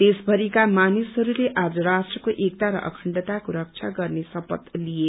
देशभरिका मानिसहस्ले आज राष्ट्रको एकता र अखण्डताको रक्षा गर्ने शपथ लिए